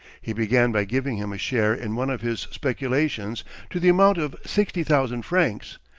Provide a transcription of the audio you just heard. he began by giving him a share in one of his speculations to the amount of sixty thousand francs,